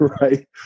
Right